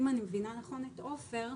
אם אני מבינה נכון את עופר,